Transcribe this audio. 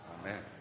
Amen